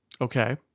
Okay